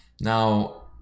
Now